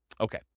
Okay